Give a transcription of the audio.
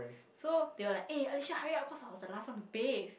so they were like eh alicia hurry up cause I was the last one to bathe